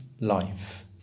life